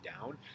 down